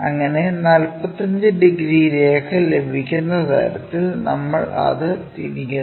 അങ്ങിനെ 45 ഡിഗ്രി രേഖ ലഭിക്കുന്ന തരത്തിൽ നമ്മൾ അത് തിരിക്കുന്നു